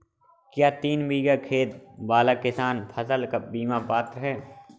क्या तीन बीघा खेत वाला किसान फसल बीमा का पात्र हैं?